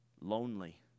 lonely